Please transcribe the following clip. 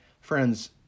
Friends